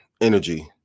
energy